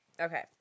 Okay